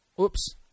Oops